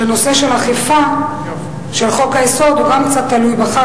הנושא של האכיפה של חוק-היסוד הוא גם קצת תלוי בך,